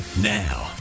Now